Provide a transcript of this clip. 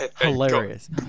hilarious